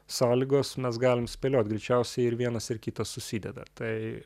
sąlygos mes galim spėliot greičiausiai ir vienas ir kitas susideda tai